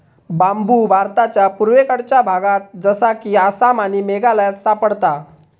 बांबु भारताच्या पुर्वेकडच्या भागात जसा कि आसाम आणि मेघालयात सापडता